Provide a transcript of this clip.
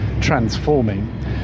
transforming